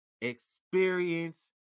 Experience